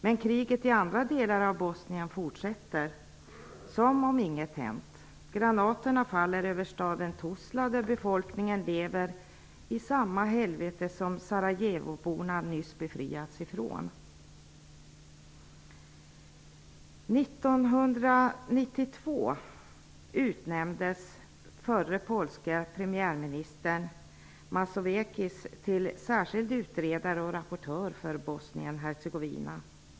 Men kriget i andra delar av Bosnien fortsätter som om inget hänt. Granaterna faller över staden Tuzla där befolkningen lever i samma helvete som sarajevoborna nyss befriats ifrån. År 1992 utnämndes den förre polske premiärministern Mazowieckis till särskild utredare och rapportör för Bosnien-Hercegovina.